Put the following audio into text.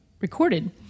recorded